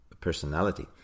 personality